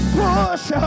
push